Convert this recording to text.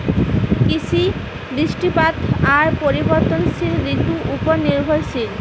কৃষি, বৃষ্টিপাত আর পরিবর্তনশীল ঋতুর উপর নির্ভরশীল